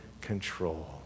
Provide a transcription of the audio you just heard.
control